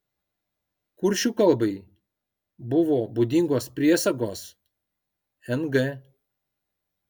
kuršių kalbai buvo būdingos priesagos ng